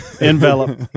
envelope